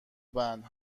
بند